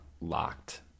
locked